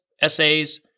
essays